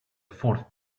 fourth